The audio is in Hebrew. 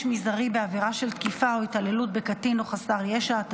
מזערי בעבירה של תקיפה או התעללות בקטין או חסר ישע),